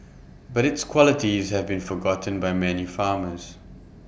but its qualities have been forgotten by many farmers